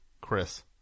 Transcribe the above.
Chris